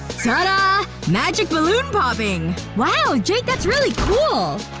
ta dah! magic balloon popping! wow! jake, that's really cool!